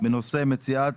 בנושא מציאת